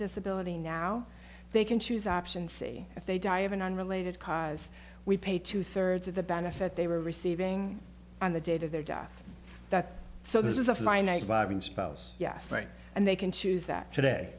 disability now they can choose option c if they die of an unrelated cause we paid two thirds of the benefit they were receiving on the date of their death that so this is a finite buying spouse yes and they can choose that today